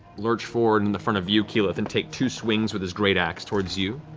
lurch forward in the front of you, keyleth, and take two swings with his greataxe towards you.